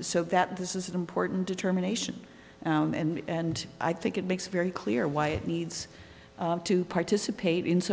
so that this is an important determination and i think it makes very clear or why it needs to participate in so